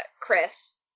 Chris